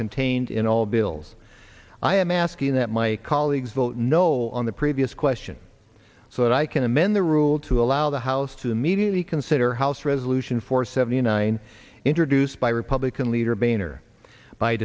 contained in all bills i am asking that my colleagues will no full on the previous question so that i can amend the rule to allow the house to immediately consider house resolution four seventy nine introduced by republican leader boehner by